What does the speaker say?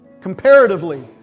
Comparatively